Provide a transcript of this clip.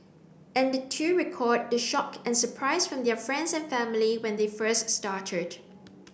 and the two recalled the shock and surprise from their friends and family when they first started